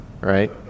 right